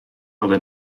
ale